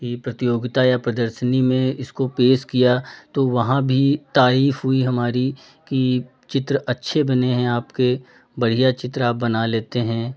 ये प्रतियोगिता या प्रदर्शनी में इसको पेश किया तो वहाँ भी तारीफ़ हुई हमारी कि चित्र अच्छे बने हैं आपके बढ़िया चित्र आप बना लेते हैं